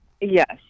Yes